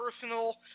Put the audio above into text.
personal